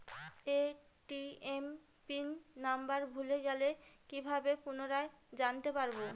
ATM pin number ভুলে গেলে কি ভাবে পুনরায় জানতে পারবো?